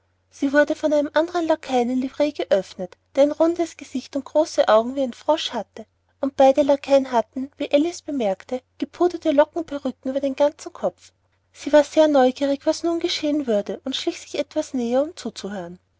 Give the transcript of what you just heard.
sie wurde von einem andern lackeien in livree geöffnet der ein rundes gesicht und große augen wie ein frosch hatte und beide lackeien hatten wie alice bemerkte gepuderte lockenperücken über den ganzen kopf sie war sehr neugierig was nun geschehen würde und schlich sich etwas näher um zuzuhören